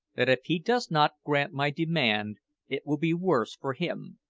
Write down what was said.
that if he does not grant my demand it will be worse for him.